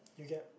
you get